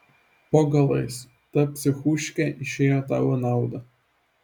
po galais ta psichuškė išėjo tau į naudą